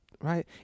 right